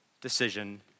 decision